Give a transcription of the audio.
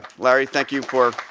larry, thank you for